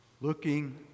looking